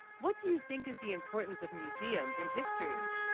what do you think is the importance of museums in history?